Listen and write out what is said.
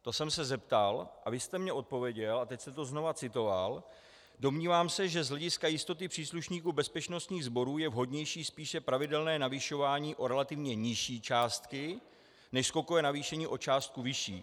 To jsem se zeptal a vy jste mně odpověděl, a teď jste to znovu citoval: Domnívám se, že z hlediska jistoty příslušníků bezpečnostních sborů je vhodnější spíše pravidelné navyšování o relativně nižší částky než skokové navýšení o částku vyšší.